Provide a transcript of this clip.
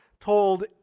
told